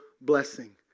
blessing